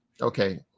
Okay